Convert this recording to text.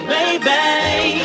Baby